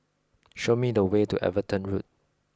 show me the way to Everton Road